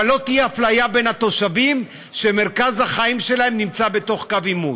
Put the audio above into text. אבל לא תהיה אפליה בין התושבים שמרכז החיים שלהם נמצא בתוך קו עימות.